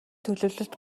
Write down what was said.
төлөвлөлт